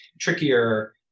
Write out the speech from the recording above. trickier